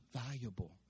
valuable